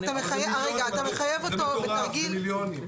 זה מטורף, זה מיליונים.